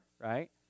right